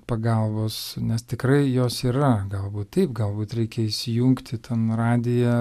pagalbos nes tikrai jos yra galbūt taip galbūt reikia įsijungti ten radiją